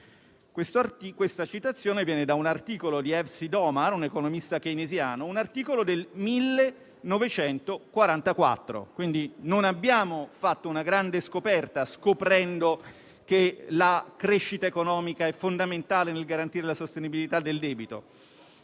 Questa citazione viene da un articolo del 1944 di Evsej Domar, un economista keynesiano. Non abbiamo quindi fatto una grande scoperta, scoprendo che la crescita economica è fondamentale nel garantire la sostenibilità del debito.